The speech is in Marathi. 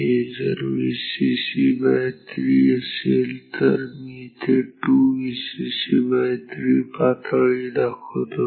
हे जर Vcc3 असेल तर मी इथे 2Vcc3 पातळी दाखवतो